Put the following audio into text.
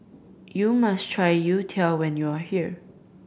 you must try youtiao when you are here